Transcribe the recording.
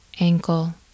ankle